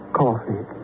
coffee